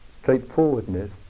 Straightforwardness